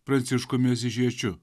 pranciškumi asyžiečiu